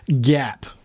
gap